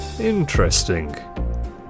Interesting